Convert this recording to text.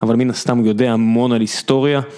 אבל מין הסתם יודע המון על היסטוריה